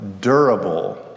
durable